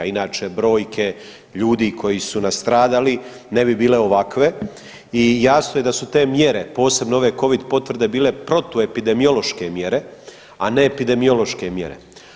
Inače brojke ljudi koji su nastradali ne bi bile ovakve i jasno je da su te mjere posebno ove Covid potvrde bile protuepidemiološke mjere, a ne epidemiološke mjere.